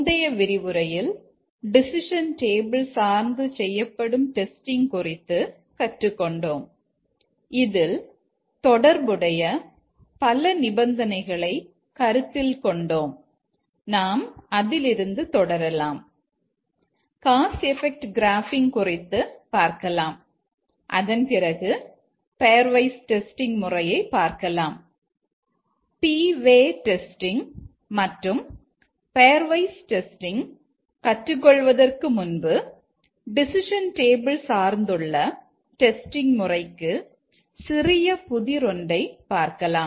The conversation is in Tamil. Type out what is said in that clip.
முந்தைய விரிவுரையில் டெசிஷன் டேபிள் சார்ந்துள்ள டெஸ்டிங் முறைக்கு சிறிய புதிர் ஒன்றை பார்க்கலாம்